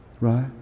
right